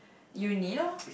your needle